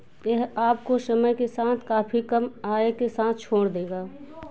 यह आपको समय के साथ काफ़ी कम आय के साथ छोड़ देगा